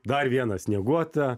dar vieną snieguotą